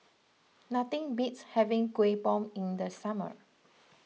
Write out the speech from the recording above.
nothing beats having Kuih Bom in the summer